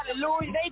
hallelujah